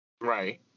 Right